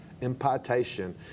impartation